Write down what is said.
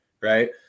right